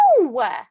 No